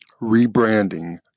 Rebranding